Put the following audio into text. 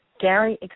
Gary